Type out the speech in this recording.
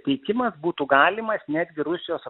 teikimas būtų galimas netgi rusijos